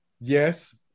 yes